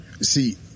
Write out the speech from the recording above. see